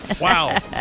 Wow